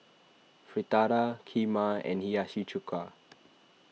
Fritada Kheema and Hiyashi Chuka